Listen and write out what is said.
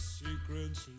secrets